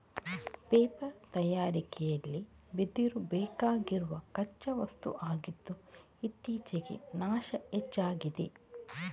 paper ತಯಾರಿಕೆಲಿ ಬಿದಿರು ಬೇಕಾಗಿರುವ ಕಚ್ಚಾ ವಸ್ತು ಆಗಿದ್ದು ಇತ್ತೀಚೆಗೆ ನಾಶ ಹೆಚ್ಚಾಗಿದೆ